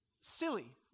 silly